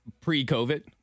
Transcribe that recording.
pre-covid